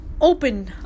open